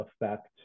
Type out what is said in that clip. affect